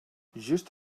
just